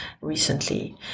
recently